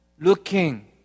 looking